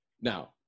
Now